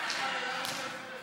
הניתנים לראש הממשלה),